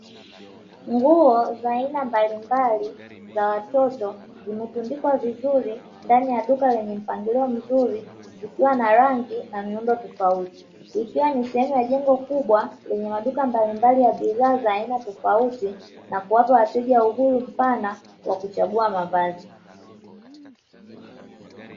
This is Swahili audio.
Nguo za aina mbalimbali za watoto, zimetundikwa vizuri ndani ya duka lenye mpangilio mzuri zikiwa na rangi na miundo tofauti. Likiwa ni sehemu ya jengo kubwa lenye maduka mbalimbali ya bidhaa za aina tofauti na kuwapa wateja uhuru mpana, wa kuchagua mavazi.